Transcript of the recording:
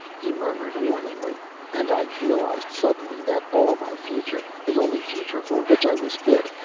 he murmured, warningly and i realized suddenly that all my future, the only future for which i was fit,